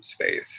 space